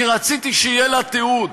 כי רציתי שיהיה לה תיעוד,